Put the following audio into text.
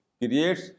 creates